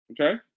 Okay